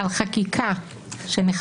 השלם בכללותו.